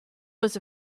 was